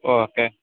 okay